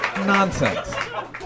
nonsense